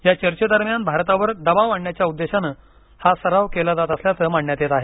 या चर्चे दरम्यान भारतावर दबाव आणण्याच्या उद्देशाने हा सराव केला जात असल्याचं मानण्यात येत आहे